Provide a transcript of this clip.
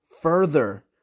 further